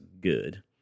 good